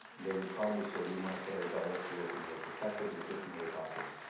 they would probably say, we want to put our dollars to work in the most effective and efficient way possible